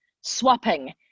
swapping